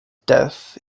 death